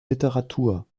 literatur